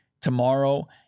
tomorrow